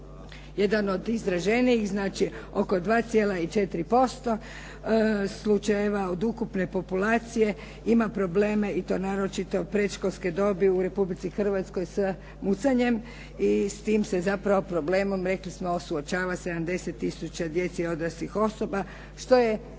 jedan od izraženijih, znači oko 2,4% slučajeva od ukupne populacije ima probleme i to naročito predškolske dobi u Republici Hrvatskoj s mucanjem i s tim se zapravo problemom rekli smo suočava 70 tisuća djece i odraslih osoba što je 1,7